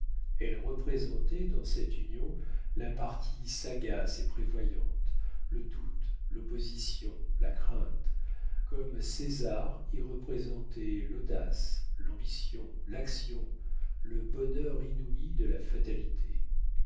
elle représentait dans cette union la partie sagace et prévoyante le doute l'opposition la crainte comme césar y représentait l'audace l'ambition l'action le bonheur inouï de la fatalité